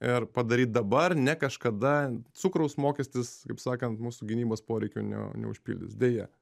ir padaryt dabar ne kažkada cukraus mokestis kaip sakant mūsų gynybos poreikių ne neužpildys deja